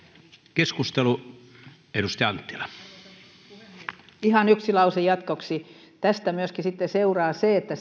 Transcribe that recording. arvoisa puhemies ihan yksi lause jatkoksi tästä myöskin sitten seuraa se että